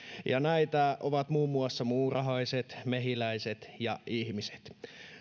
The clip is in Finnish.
näitä ovat muun muassa muurahaiset mehiläiset ja ihmiset